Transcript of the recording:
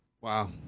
Wow